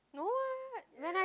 no eh when i